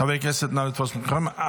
חברי הכנסת, נא לתפוס את מקומכם.